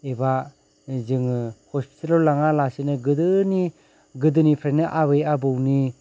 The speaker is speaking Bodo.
एबा जोङो हस्पिटालआव लाङालासेनो गोदोनि गोदोनिफ्रायनो आबै आबौनि